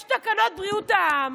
יש תקנות בריאות העם,